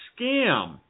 scam